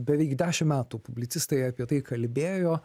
beveik dešim metų publicistai apie tai kalbėjo